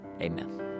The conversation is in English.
Amen